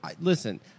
listen